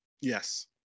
Yes